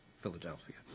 Philadelphia